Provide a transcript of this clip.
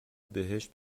بهشت